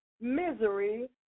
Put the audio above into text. misery